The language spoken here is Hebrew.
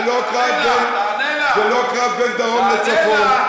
זה לא קרב בין דרום לצפון.